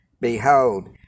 behold